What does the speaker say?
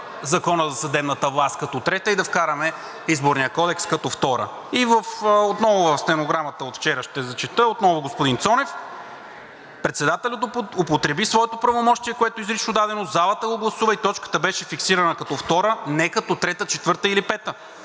Закона за съдебната власт, като трета и да вкараме Изборния кодекс като втора. И отново от стенограмата за вчера ще зачета, отново господин Цонев: „Председателят употреби своето правомощие, което изрично е дадено, залата го гласува и точката беше фиксирана като втора, не като трета, четвърта или пета.